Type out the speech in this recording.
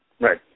Right